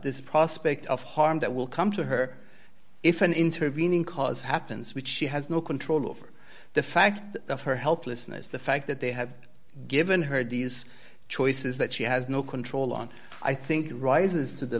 this prospect of harm that will come to her if an intervening cause happens which she has no control over the fact that her helplessness the fact that they have given her these choices that she has no control on i think rises to the